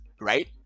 right